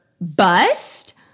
bust